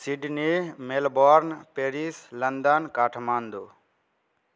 Sydney Melbourne Paris London Kathmandu